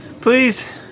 please